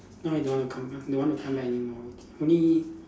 now he don't want to come don't want to come back anymore only